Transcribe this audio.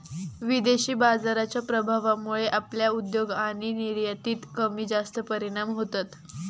विदेशी बाजाराच्या प्रभावामुळे आपल्या उद्योग आणि निर्यातीत कमीजास्त परिणाम होतत